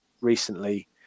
recently